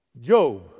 Job